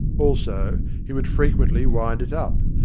also he would frequently wind it up,